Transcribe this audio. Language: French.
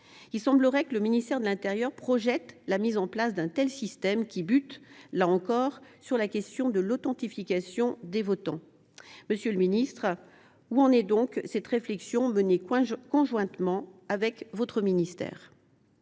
de l’intérieur et des outre mer semble projeter la mise en place d’un tel système, mais bute, une fois encore, sur la question de l’authentification des votants. Monsieur le ministre, où en est donc cette réflexion, menée conjointement avec votre ministère ?